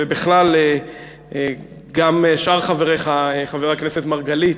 ובכלל, גם שאר חבריך, חבר הכנסת מרגלית,